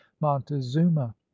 montezuma